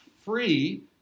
free